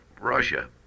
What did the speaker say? Russia